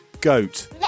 Goat